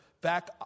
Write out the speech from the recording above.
back